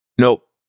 Nope